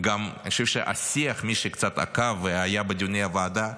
ואני חושב שהשיח, מי שקצת עקב והיה בדיוני הוועדה,